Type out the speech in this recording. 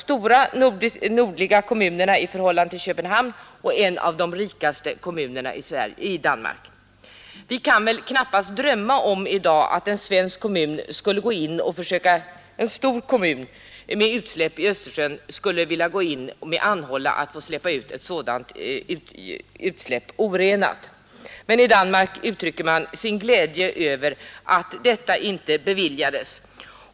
Gentofte är en av de stora nordliga kommunerna i förhållande till Köpenhamn och en av de rikaste kommunerna i Danmark. Vi kan väl i dag knappast drömma om att en svensk kommun med utsläpp i Östersjön skulle vilja anhålla om att få göra ett sådant utsläpp orenat. Men i Danmark uttrycker man sin glädje över att detta inte beviljades.